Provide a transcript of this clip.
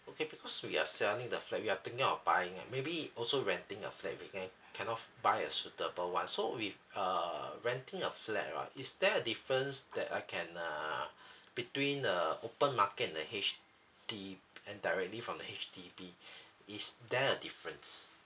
okay because we are selling the flat we are thinking of buying ah maybe also renting a flat we can cannot buy a suitable [one] so with uh renting a flat right is there a difference that I can uh between uh open market and the H_D~ and directly from the H_D_B is there a difference